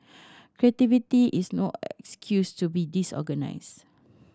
creativity is no excuse to be disorganised